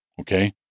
okay